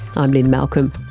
i'm lynne malcolm.